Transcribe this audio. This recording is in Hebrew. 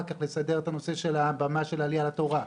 אחר כך לסדר את הנושא של הבמה של עלייה לתורה.